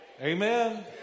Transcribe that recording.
Amen